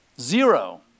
Zero